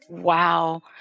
Wow